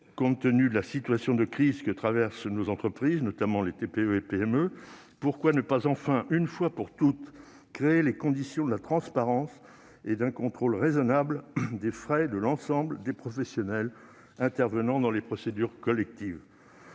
compte tenu de la situation de crise que traversent nos entreprises, notamment les TPE et PME. Pourquoi ne pas créer une fois pour toutes les conditions de la transparence et d'un contrôle raisonnable des frais de l'ensemble des professionnels intervenant dans les procédures collectives ?